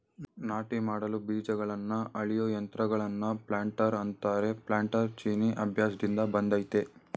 ನಾಟಿ ಮಾಡಲು ಬೀಜಗಳನ್ನ ಅಳೆಯೋ ಯಂತ್ರಗಳನ್ನ ಪ್ಲಾಂಟರ್ ಅಂತಾರೆ ಪ್ಲಾನ್ಟರ್ ಚೀನೀ ಅಭ್ಯಾಸ್ದಿಂದ ಬಂದಯ್ತೆ